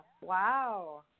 Wow